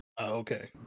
Okay